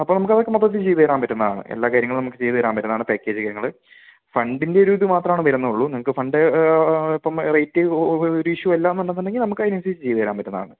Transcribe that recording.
അപ്പോൾ നമുക്കതൊക്കെ മൊത്തത്തിൽ ചെയ്തുതരാൻ പറ്റുന്നതാണ് എല്ലാ കാര്യങ്ങളും നമുക്ക് ചെയ്തുതരാൻ പറ്റുന്നതാണ് പാക്കേജ് കാര്യങ്ങൾ ഫണ്ടിൻ്റെ ഒരു ഇതുമാത്രമാണ് വരുന്നുള്ളൂ നിങ്ങൾക്ക് ഫണ്ട് ഇപ്പം റേറ്റ് ഒരു ഇഷ്യൂ എന്ന് എന്നുണ്ടെങ്കിൽ നമുക്ക് അതിനനുസരിച്ചു ചെയ്തുതരാൻ പറ്റുന്നതാണ്